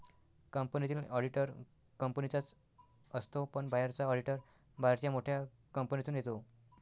कंपनीतील ऑडिटर कंपनीचाच असतो पण बाहेरचा ऑडिटर बाहेरच्या मोठ्या कंपनीतून येतो